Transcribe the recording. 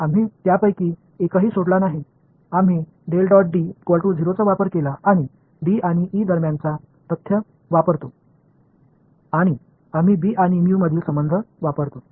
அவற்றில் ஒன்றைக் கூட நாம் விட்டுவிடவில்லை நாம் என்ற பாக்ட் பயன்படுத்துகிறோம் D மற்றும் E இடையேயான உறவைப் பயன்படுத்துகிறோம் நாம் என்ற பாக்ட் பயன்படுத்துகிறோம் B மற்றும் mu இடையேயான உறவைப் பயன்படுத்துகிறோம்